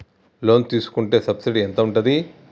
Loan తీసుకుంటే subsidy ఎంత ఉంటది?